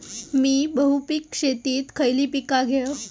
मी बहुपिक शेतीत खयली पीका घेव?